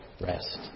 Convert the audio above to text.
rest